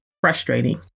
frustrating